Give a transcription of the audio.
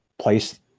place